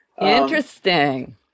Interesting